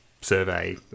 survey